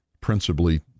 principally